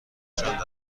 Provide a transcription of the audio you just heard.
چند